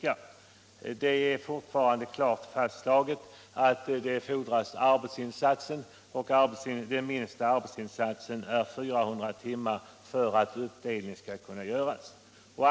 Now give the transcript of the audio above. Det är fortfarande klart fastslaget att det fordras en arbetsinsats, och den minsta arbetsinsatsen för att uppdelning skall kunna göras är 400 timmar.